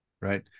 Right